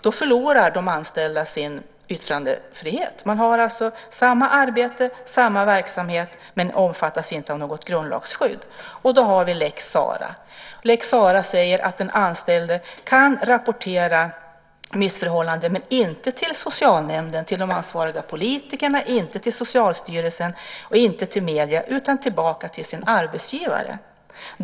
Då förlorar de anställda sin yttrandefrihet. Man har alltså samma arbete, samma verksamhet, men omfattas inte av något grundlagsskydd. Vi har lex Sarah, som innebär att den anställde kan rapportera missförhållanden - men inte till socialnämnden, inte till de ansvariga politikerna, inte till Socialstyrelsen eller till medierna utan tillbaka till sin arbetsgivare.